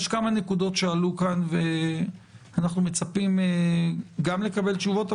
יש כמה נקודות שעלו כאן ואנחנו מצפים גם לקבל תשובות,